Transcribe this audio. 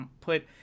put